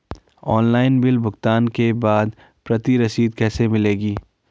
Online bill भुगतान के बाद प्रति रसीद कैसे मिलेगी?